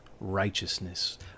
righteousness